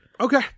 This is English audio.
Okay